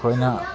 खैना